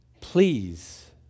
please